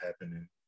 happening